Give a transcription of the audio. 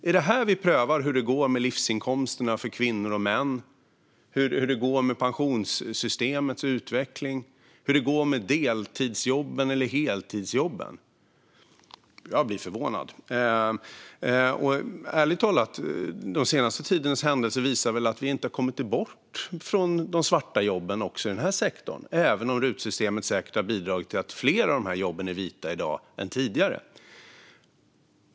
Är det här vi prövar hur det går med livsinkomsterna för kvinnor och män, hur det går med pensionssystemets utveckling och hur det går med deltidsjobben eller heltidsjobben? Jag blir förvånad. Ärligt talat visar väl den senaste tidens händelser att vi inte har kommit bort från de svarta jobben i den här sektorn heller, även om rutsystemet säkert har bidragit till att fler av dessa jobb är vita i dag än tidigare?